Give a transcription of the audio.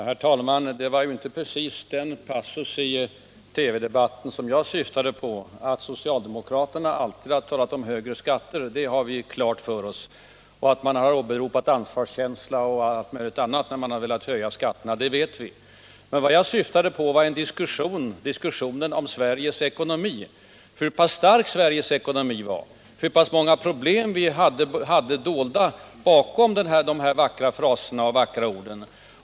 Herr talman! Det var inte precis den passusen i TV-debatten som jag syftade på. Att socialdemokraterna alltid har talat om högre skatter har vi klart för oss. Och vi vet att man har åberopat ansvarskänsla och allt möjligt annat när man velat höja skatterna. Vad jag syftade på var diskussionerna om Sveriges ekonomi, hur pass stark Sveriges ekonomi var, hur pass många problem vi hade dolda bakom de vackra fraserna och orden.